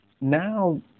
Now